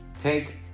take